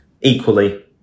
Equally